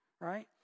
right